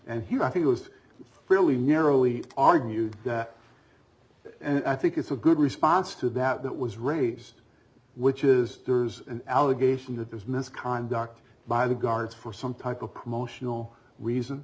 and here i think it was fairly narrow we argued and i think it's a good response to that that was raised which is there's an allegation that there's misconduct by the guards for some type of promotional reason